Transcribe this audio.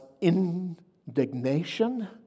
indignation